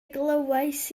glywais